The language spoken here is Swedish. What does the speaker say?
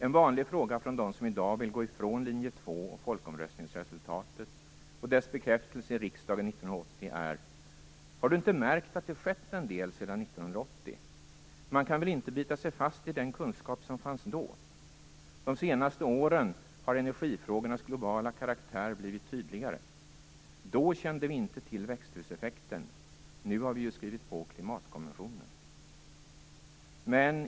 En vanlig fråga från dem som i dag vill gå ifrån linje 2 och folkomröstningsresultatet och dess bekräftelse i riksdagen 1980 är: Har Du inte märkt att det skett en del sedan 1980? Man kan väl inte bita sig fast i den kunskap som fanns då. De senaste åren har energifrågornas globala karaktär har blivit tydligare. Då kände vi inte till växthuseffekten. Nu har vi ju skrivit på klimatkonventionen.